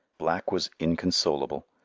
black was inconsolable.